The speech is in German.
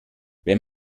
wenn